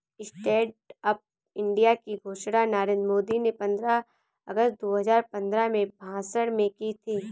stand up India की घोषणा नरेंद्र मोदी ने पंद्रह अगस्त दो हजार पंद्रह में भाषण में की थी